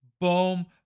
boom